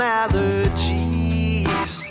allergies